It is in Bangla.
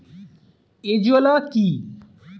এজোলা কি?